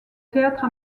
théâtre